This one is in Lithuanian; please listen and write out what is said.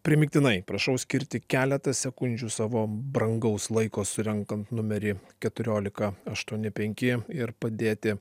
primygtinai prašau skirti keletą sekundžių savo brangaus laiko surenkant numerį keturiolika aštuoni penki ir padėti